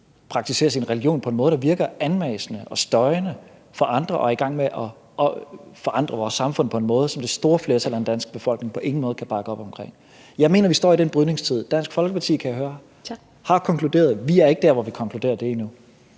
praktiserer sin religion på en måde, der virker anmassende og støjende for andre og er i gang med at forandre vores samfund på en måde, som det store flertal af den danske befolkning på ingen måde kan bakke op om? Jeg mener, at vi står i den brydningstid. Dansk Folkeparti, kan jeg høre, har konkluderet. Vi er ikke der, hvor vi konkluderer det endnu.